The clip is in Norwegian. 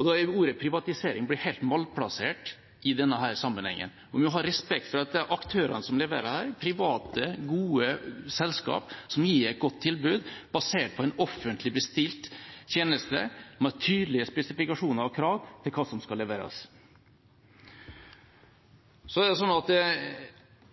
Da blir ordet «privatisering» helt malplassert i denne sammenhengen. Vi må ha respekt for at aktørene som leverer her, er private, gode selskap som gir et godt tilbud basert på en offentlig bestilt tjeneste med tydelige spesifikasjoner og krav til hva som skal leveres. Konkurranseutsetting er mer hovedregelen enn unntaket i transportsektoren. Når det